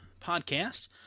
podcast